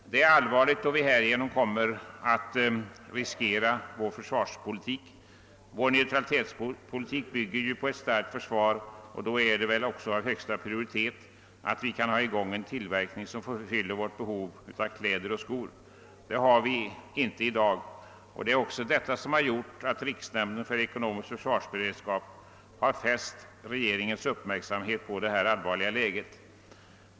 Detta är allvarligt, då vi härigenom riskerar vår försvarspolitik. Vår neutralitetspolitik bygger ju på ett starkt försvar, och därför bör vi ge högsta prioritet åt att hålla i gång en tillverkning som fyller landets behov av kläder och skor. Det gör vi inte i dag, och detta har gjort att riksnämnden för ekonomisk försvarsberedskap har fäst regeringens uppmärksamhet på det allvarliga läget.